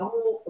ברו.